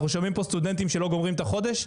אנחנו שומעים פה סטודנטים שלא גומרים את החודש,